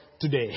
today